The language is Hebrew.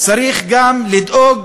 צריך גם לדאוג,